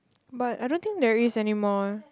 but I don't think there is anymore eh